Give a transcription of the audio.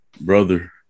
brother